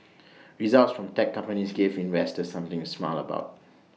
results from tech companies gave investors something to smile about